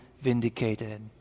vindicated